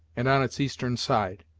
and on its eastern side.